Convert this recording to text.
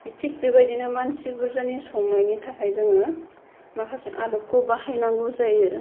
बे थिग बेबायदिनो मानसि बुरजानि संनायनि थाखाय जोङो माखासे आदबखौ बाहायनांगौ जायो